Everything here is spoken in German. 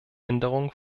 änderungen